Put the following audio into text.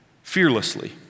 Fearlessly